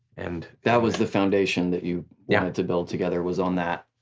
and that was the foundation that you wanted to build together was on that.